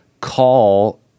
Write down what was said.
call